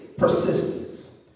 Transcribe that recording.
persistence